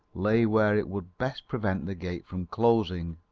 lay where it would best prevent the gate from closing.